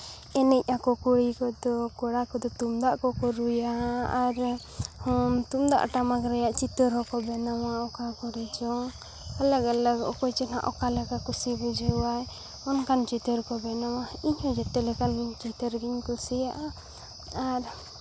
ᱮᱱᱮᱡ ᱟᱠᱚ ᱠᱩᱲᱤ ᱠᱚᱫᱚ ᱠᱚᱲᱟ ᱠᱚᱫᱚ ᱛᱩᱢᱫᱟᱹᱜ ᱠᱚᱠᱚ ᱨᱩᱭᱟ ᱟᱨ ᱦᱚᱸ ᱛᱩᱢᱫᱟᱹᱜ ᱴᱟᱢᱟᱠ ᱨᱮᱭᱟᱜ ᱪᱤᱛᱟᱹᱨ ᱦᱚᱸᱠᱚ ᱵᱮᱱᱟᱣᱟ ᱚᱠᱟ ᱠᱚᱨᱮ ᱪᱚᱝ ᱟᱞᱟᱜᱽ ᱟᱞᱟᱜᱽ ᱚᱠᱚᱭ ᱪᱚ ᱦᱟᱸᱜ ᱚᱠᱟ ᱞᱮᱠᱟ ᱠᱩᱥᱤ ᱵᱩᱡᱷᱟᱹᱣ ᱟᱭ ᱚᱱᱠᱟᱱ ᱪᱤᱛᱟᱹᱨ ᱠᱚ ᱵᱮᱱᱟᱣᱟ ᱤᱧ ᱦᱚᱸ ᱡᱮᱛᱮ ᱞᱮᱠᱟᱱ ᱪᱤᱛᱟᱹᱨ ᱜᱤᱧ ᱠᱩᱥᱤᱭᱟᱜᱼᱟ ᱟᱨ